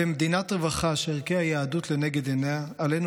במדינת רווחה שערכי היהדות לנגד עיניה עלינו